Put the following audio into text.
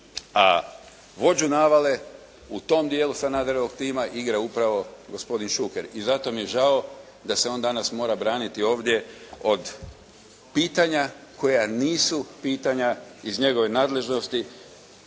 a vođu navale u tom dijelu Sanaderovog tima igra upravo gospodin Šuker. I zato mi je žao da se on danas mora braniti ovdje od pitanja koja nisu pitanja iz njegove nadležnosti